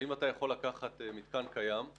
האם אתה יכול לקחת מתקן קיים ולהביא צוות?